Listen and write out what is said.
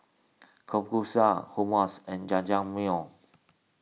Kalguksu Hummus and Jajangmyeon